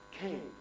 came